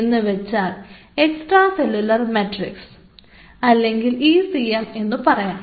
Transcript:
എന്ന് വെച്ചാൽ extracellular matrix അല്ലെങ്കിൽ ECM എന്നും പറയാം